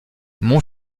mon